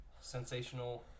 sensational